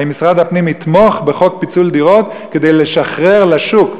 האם משרד הפנים יתמוך בחוק פיצול דירות כדי לשחרר לשוק,